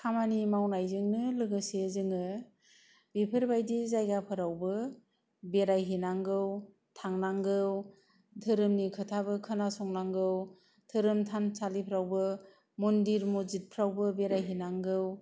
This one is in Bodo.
खामानि मावनायजोंनो लोगोसे जोङो बेफोरबादि जायगोफोरावबो बेरायहैनांगौ थांनांगौ धोरोमनि खोथाबो खोनासंनांगौ धोरोम थानसालिफ्रावबो मन्दिर मजितफ्रावबो बेरायहैनांगौ